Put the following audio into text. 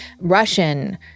Russian